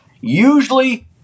usually